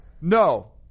No